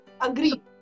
agree